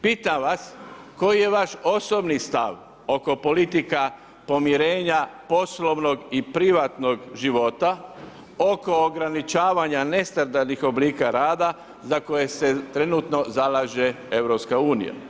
Pitam vas koji je vaš osobni stav oko politika pomirenja poslovnog i privatnog života oko ograničavanja nestandardnih oblika rada za koje se trenutno zalaže EU.